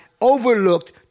overlooked